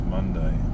Monday